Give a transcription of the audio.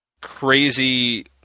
crazy